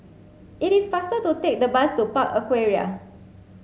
it is faster to take the bus to Park Aquaria